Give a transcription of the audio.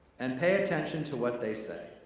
and pay attention to what they say.